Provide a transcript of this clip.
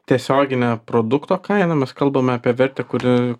tiesioginę produkto kainą mes kalbame apie vertę kuri